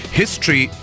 history